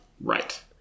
Right